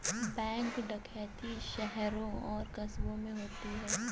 bank डकैती शहरों और कस्बों में होती है